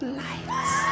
lights